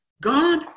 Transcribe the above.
God